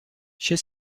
she